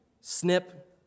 Snip